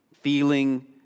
feeling